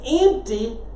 empty